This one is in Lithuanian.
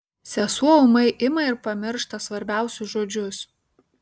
sesuo ūmai ima ir pamiršta svarbiausius žodžius